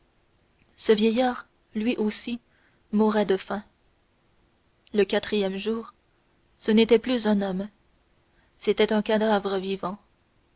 ce vieillard lui aussi mourait de faim le quatrième jour ce n'était plus un homme c'était un cadavre vivant